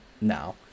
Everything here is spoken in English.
now